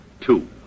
Two